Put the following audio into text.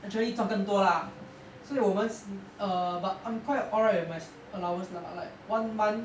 actually 赚更多 lah 所以我们 err but I'm quite alright with my allowance lah like one month